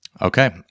Okay